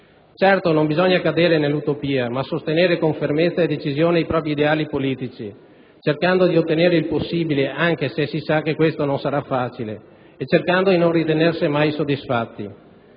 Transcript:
Certamente non bisogna cadere nell'utopia, ma sostenere con fermezza e decisione i propri ideali politici, cercando di ottenere il possibile, anche se si sa che questo non sarà facile, e cercando di non ritenersi mai soddisfatti.